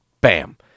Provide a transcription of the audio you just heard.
bam